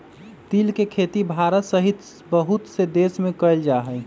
तिल के खेती भारत सहित बहुत से देश में कइल जाहई